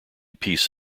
peace